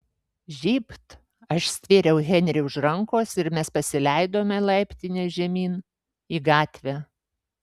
žybt aš stvėriau henrį už rankos ir mes pasileidome laiptine žemyn į gatvę